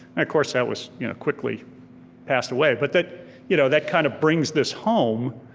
of course that was you know quickly passed away, but that you know that kind of brings this home,